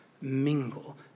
mingle